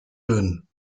dünn